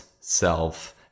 self